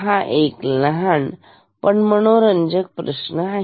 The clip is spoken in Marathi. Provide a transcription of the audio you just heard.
हा एक लहान मनोरंजक प्रश्न आहे